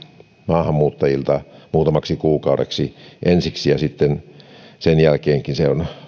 maahanmuuttajilta ensiksi muutamaksi kuukaudeksi ja sitten sen jälkeenkin se on